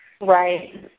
right